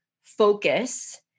focus